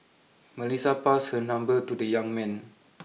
Melissa passed her number to the young man